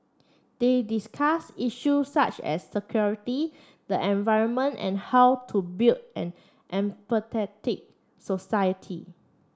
they discussed issue such as security the environment and how to build an empathetic society